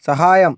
സഹായം